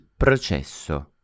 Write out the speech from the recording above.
Processo